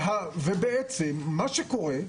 ובעצם, מה שקורה הוא,